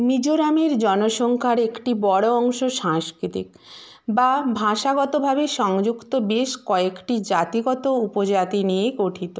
মিজোরামের জনসংখ্যার একটি বড় অংশ সাংস্কৃতিক বা ভাষাগতভাবে সংযুক্ত বেশ কয়েকটি জাতিগত উপজাতি নিয়ে গঠিত